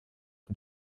und